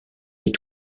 est